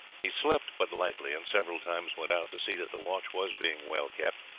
he slept but lightly, and several times went out to see that the watch was being well kept,